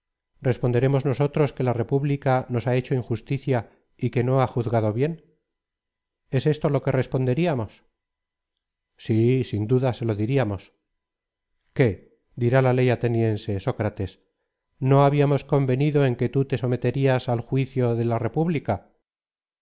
responderemos nosotros que la republicanos ha hecho injusticia y que no ha juzgado bien es esto lo que responderíamos sí sin duda se lo diriamos iqué dirá la ley ateniense sócrates no habíamos convenido en que tú te someterías al juicio déla república